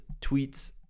tweets